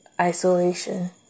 isolation